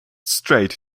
strait